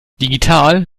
digital